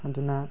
ꯑꯗꯨꯅ